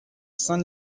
saint